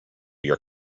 your